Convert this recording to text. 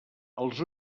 els